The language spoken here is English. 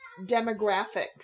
demographics